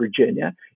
Virginia